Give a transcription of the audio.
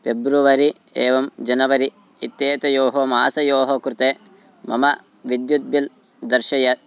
पेब्रुवरि एवं जनवरि इत्येतयोः मासयोः कृते मम विद्युत् बिल् दर्शय